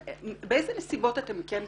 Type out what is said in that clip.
באיזה נסיבות אתם כן תאשרו?